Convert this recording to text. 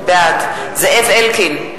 בעד זאב אלקין,